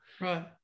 right